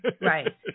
right